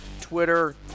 Twitter